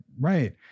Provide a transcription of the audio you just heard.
right